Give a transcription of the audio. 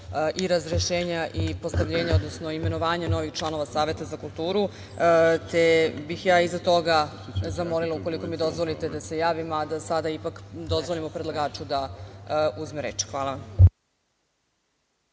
i razrešenja i postavljenja, odnosno imenovanje novih članova Saveta za kulturu, te bih ja iza toga zamolila, ukoliko mi dozvolite da se javim, a da sada ipak dozvolimo predlagaču da uzme reč. Hvala